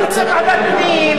אני רוצה ועדת פנים,